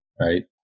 right